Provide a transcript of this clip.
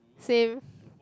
same